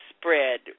spread